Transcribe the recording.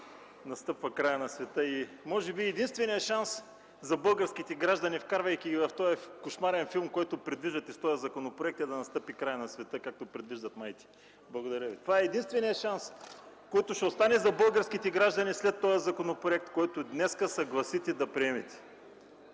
настъпва краят на света. Може би единственият шанс за българските граждани, вкарвайки ги в този кошмарен филм, който предвиждате с този законопроект, е да настъпи краят на света, както предвиждат маите. Това е единственият шанс, който ще остане за българските граждани след този законопроект, който днес се гласите да приемете.